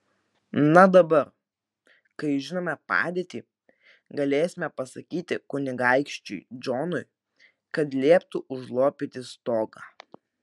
na dabar kai žinome padėtį galėsime pasakyti kunigaikščiui džonui kad lieptų užlopyti stogą